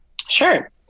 sure